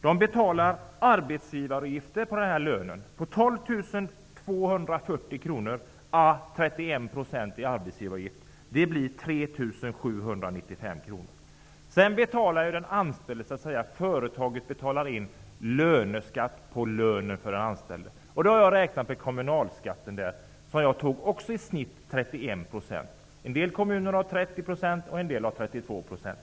De betalar på denna lön på 12 240 kr motsvarande 31 % i arbetsgivaravgift, vilket blir 3 795 kr. Företaget betalar sedan in löneskatt på lönen för den anställde. Jag har räknat fram en genomsnittlig kommunalskatt på 31 %. En del kommuner har 30 % medan andra har 32 %.